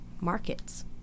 markets